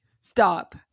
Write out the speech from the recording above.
Stop